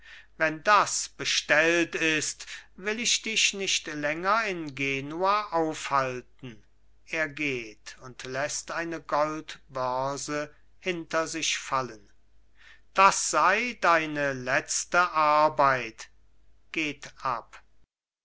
wenn das bestellt ist will ich dich nicht länger in genua aufhalten er geht und läßt eine goldbörse hinter sich fallen das sei deine letzte arbeit geht ab